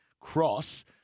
Cross